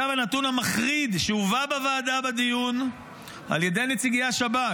עכשיו הנתון המחריד שהובא בדיון הוועדה על ידי נציגי השב"כ,